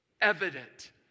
evident